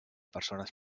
persones